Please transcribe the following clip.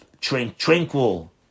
tranquil